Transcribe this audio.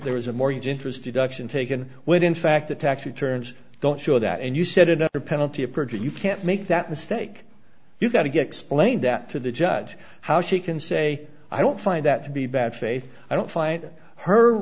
there was a mortgage interest deduction taken when in fact the tax returns don't show that and you said another penalty of perjury you can't make that mistake you've got to get explain that to the judge how she can say i don't find that to be bad faith i don't find her